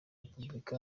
repubulika